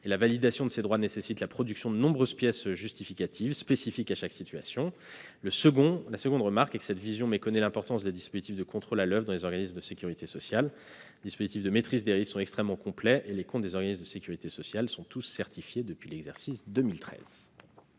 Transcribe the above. la validation de ces droits nécessite la production de nombreuses pièces justificatives spécifiques à chaque situation. Ensuite, cette vision, que vous relayez, méconnaît l'importance des dispositifs de contrôle à l'oeuvre dans les organismes de sécurité sociale. Les mécanismes de maîtrise des risques sont extrêmement complets, et les comptes des organismes de sécurité sociale sont tous certifiés depuis l'exercice 2013.